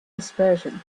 dispersion